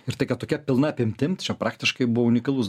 ir tai kad tokia pilna apimtim čia praktiškai buvo unikalus